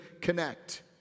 connect